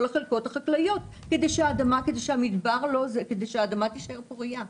החלקות החקלאיות כדי שהאדמה תישאר פורייה.